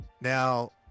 Now